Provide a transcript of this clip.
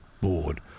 board